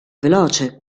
veloce